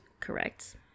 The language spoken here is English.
Correct